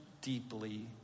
deeply